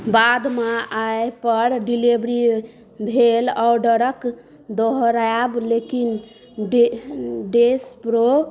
बादमे आइ पर डिलीवरी भेल ऑर्डरक दोहरैब लेकिन डेश प्रो